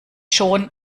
schon